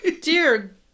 Dear